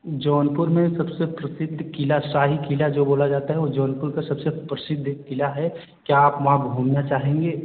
जौनपुर में सबसे प्रसिद्ध किला शाही किला जो बोला जाता है वह जौनपुर का सबसे प्रसिद्ध किला है क्या आप वहाँ घूमने चाहेंगे